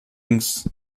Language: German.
links